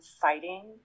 fighting